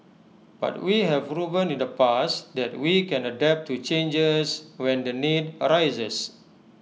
but we have proven in the past that we can adapt to changes when the need arises